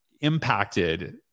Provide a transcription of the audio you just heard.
impacted